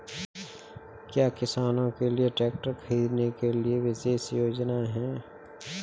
क्या किसानों के लिए ट्रैक्टर खरीदने के लिए विशेष योजनाएं हैं?